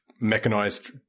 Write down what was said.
mechanized